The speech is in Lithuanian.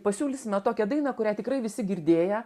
pasiūlysime tokią dainą kurią tikrai visi girdėję